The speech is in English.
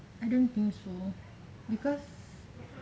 I don't think so because